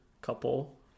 couple